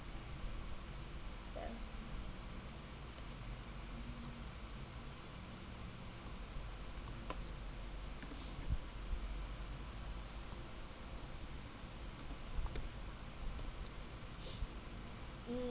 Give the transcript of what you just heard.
ya mm